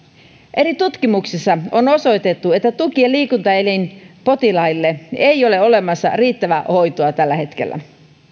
eri tutkimuksissa on osoitettu että tuki ja liikuntaelinpotilaille ei ole olemassa riittävää hoitoa tällä hetkellä